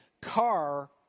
car